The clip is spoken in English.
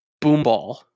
Boomball